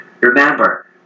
Remember